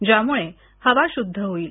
ज्यामुळे हवा शुद्ध होईल